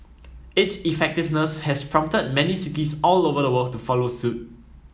its effectiveness has prompted many cities all over the world to follow suit